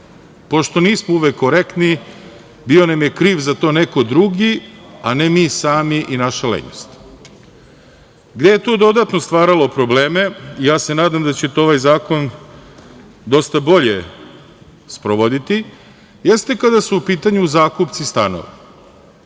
Pošto nismo uvek korektni, bio je nam je kriv za to neko drugi, a ne mi sami i naša lenjost. Ono gde je tu dodatno stvaralo probleme, ja se nadam da ćete ovaj zakon dosta bolje sprovoditi, jeste kada su u pitanju zakupci stanova.